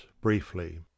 briefly